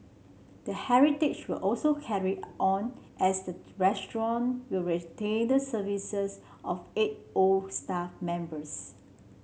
the heritage will also carry on as the restaurant will retain the services of eight old staff members